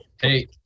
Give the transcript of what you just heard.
Hey